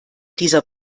dieser